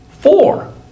four